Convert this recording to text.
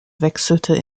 wechselte